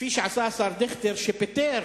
כפי שעשה השר דיכטר שפיטר